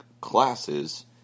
classes